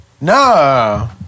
no